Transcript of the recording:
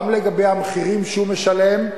גם לגבי המחירים שהוא משלם,